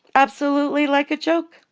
absolutely like a joke.